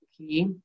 Okay